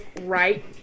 right